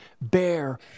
bear